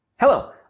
Hello